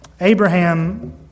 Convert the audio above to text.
Abraham